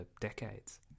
decades